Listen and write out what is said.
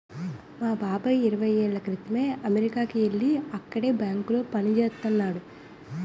మా బాబాయి ఇరవై ఏళ్ళ క్రితమే అమెరికాకి యెల్లి అక్కడే బ్యాంకులో పనిజేత్తన్నాడు